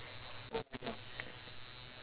eh eh tai-seng to